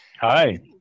Hi